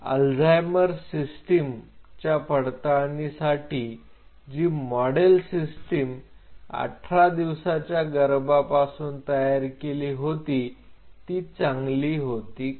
Alzheimer system च्या पडताळणीसाठी जी मॉडेल सिस्टिम 18 दिवसाच्या गर्भापासून तयार केली होती ती चांगली होती का